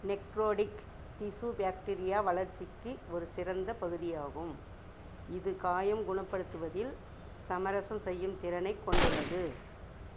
necrotic திசு bacteria வளர்ச்சிக்கு ஒரு சிறந்த பகுதியாகும் இது காயம் குணப்படுத்துவதில் சமரசம் செய்யும் திறனைக் கொண்டுள்ளது